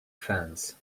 fence